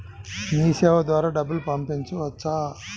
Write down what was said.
మీసేవ ద్వారా డబ్బు పంపవచ్చా?